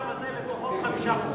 לפחות חמישה חוקים.